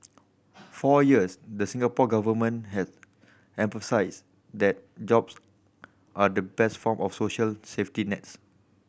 for years the Singapore Government has emphasised that jobs are the best form of social safety nets